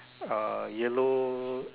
uh yellow